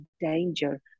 danger